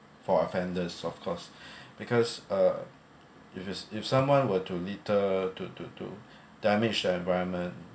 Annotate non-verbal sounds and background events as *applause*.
for offenders of course *breath* because uh if if s~ if someone were to litter to to to damage the environment